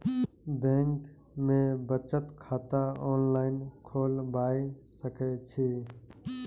Bank में बचत खाता ऑनलाईन खोलबाए सके छी?